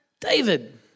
David